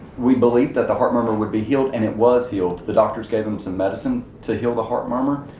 we believed that the heart murmur would be healed and it was healed. the doctors gave him some medicine to heal the heart murmur.